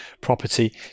property